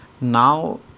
now